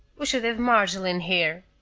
we should have margil in here.